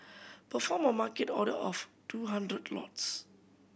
perform a Market order of two hundred lots